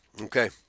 okay